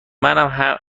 منم